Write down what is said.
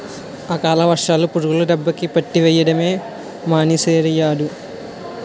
అకాల వర్షాలు, పురుగుల దెబ్బకి పత్తి వెయ్యడమే మానీసేరియ్యేడు